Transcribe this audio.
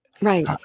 Right